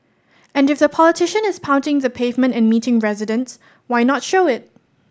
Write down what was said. and if the politician is pounding the pavement and meeting residents why not show it